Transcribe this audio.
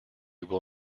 will